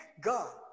God